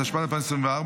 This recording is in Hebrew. התשפ"ג 2023,